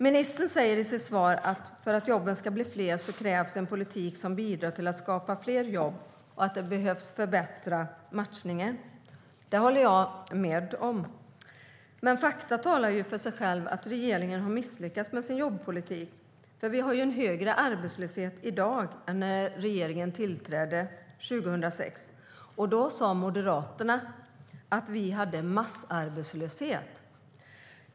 Ministern säger i sitt svar att för att jobben ska bli fler krävs en politik som bidrar till att skapa fler jobb och att matchningen behöver förbättras. Det håller jag med om. Men fakta talar för sig själva, att regeringen har misslyckats med sin jobbpolitik, för vi har ju en högre arbetslöshet i dag än när regeringen tillträdde 2006. Då sade Moderaterna att vi hade massarbetslöshet.